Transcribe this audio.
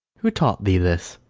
who taught thee this?